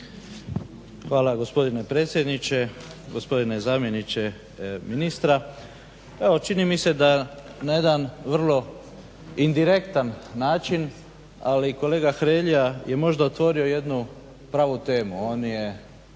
Hvala gospodine predsjedniče. Gospodine zamjeniče ministra. Evo čini mi se da na jedan vrlo indirektan način, ali kolega Hrelja je možda otvorio jednu pravu temu.